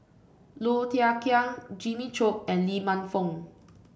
Low Thia Khiang Jimmy Chok and Lee Man Fong